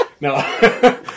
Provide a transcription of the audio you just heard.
No